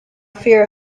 fear